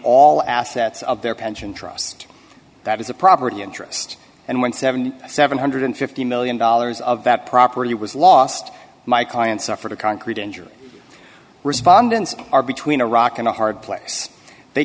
all assets of their pension trust that is a property interest and when seven billion seven hundred and fifty million dollars of that property was lost my client suffered a concrete injury respondents are between a rock and a hard place they